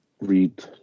read